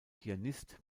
pianist